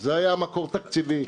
זה היה מקור תקציבי.